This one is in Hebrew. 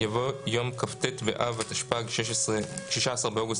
יבוא "יום כ"ט באב התשפ"ג (16 באוגוסט